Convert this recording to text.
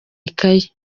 ikayi